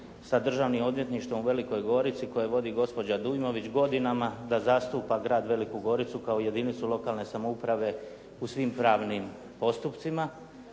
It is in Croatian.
sa Državnim odvjetništvom u Velikoj Gorici koje vodi gospođa Dujmović godinama da zastupa grad Veliku Goricu kao jedinicu lokalne samouprave u svim pravnim postupcima.